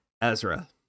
Ezra